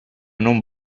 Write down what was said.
non